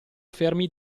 fermi